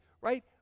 right